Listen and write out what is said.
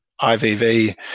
IVV